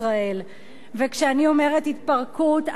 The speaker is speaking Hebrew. וכשאני אומרת התפרקות, אני מתכוונת